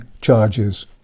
charges